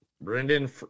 Brendan